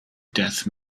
death